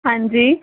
ਹਾਂਜੀ